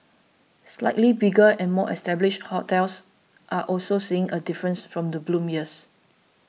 slightly bigger and more established hotels are also seeing a difference from the bloom years